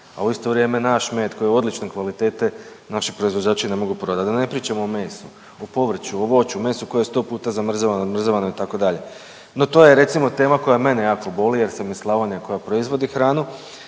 a u isto vrijeme naš med koji je odlučne kvalitete naši proizvođači ne mogu prodati, da ne pričam o mesu, o povrću, o voću, mesu koje je 100 puta zamrzavano, odmrzavano itd. No, to je recimo tema koja mene jako boli jer sam iz Slavonije koja proizvodi hranu,